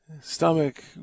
stomach